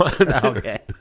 Okay